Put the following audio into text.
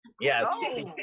Yes